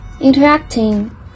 interacting